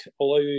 allow